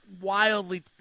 wildly